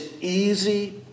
easy